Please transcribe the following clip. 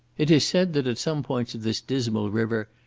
it is said that at some points of this dismal river,